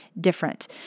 different